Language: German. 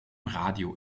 radio